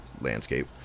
Landscape